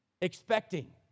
expecting